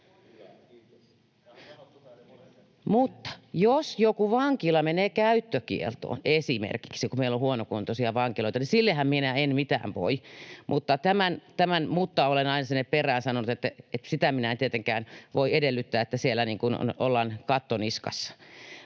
Mutta jos joku vankila menee esimerkiksi käyttökieltoon, kun meillä on huonokuntoisia vankiloita, niin sillehän minä en mitään voi. Tämän ”mutta” olen aina sinne perään sanonut, että sitä minä en tietenkään voi edellyttää, että siellä ollaan katto niskassa.